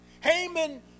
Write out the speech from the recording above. Haman